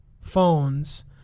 phones